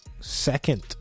second